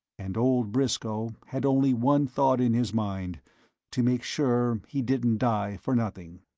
and old briscoe had only one thought in his mind to make sure he didn't die for nothing.